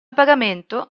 pagamento